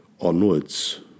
onwards